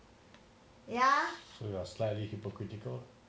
so you are slightly hypocritical